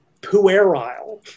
puerile